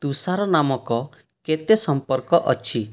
ତୁଷାର ନାମକ କେତେ ସମ୍ପର୍କ ଅଛି